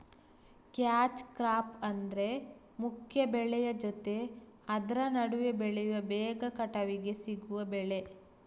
catch crop ಅಂದ್ರೆ ಮುಖ್ಯ ಬೆಳೆಯ ಜೊತೆ ಆದ್ರ ನಡುವೆ ಬೆಳೆಯುವ ಬೇಗ ಕಟಾವಿಗೆ ಸಿಗುವ ಬೆಳೆ